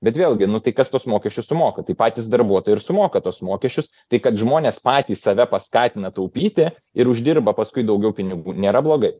bet vėlgi nu tai kas tuos mokesčius sumoka tai patys darbuotojai ir sumoka tuos mokesčius tai kad žmonės patys save paskatina taupyti ir uždirba paskui daugiau pinigų nėra blogai